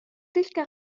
تلك